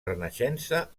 renaixença